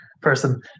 person